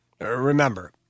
Remember